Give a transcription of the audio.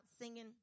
singing